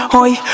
Hoy